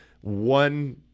one